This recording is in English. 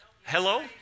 Hello